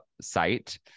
site